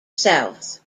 south